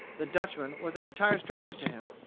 the dutchman was an entire stranger to him,